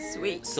Sweet